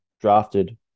drafted